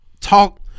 talk